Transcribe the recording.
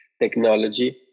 technology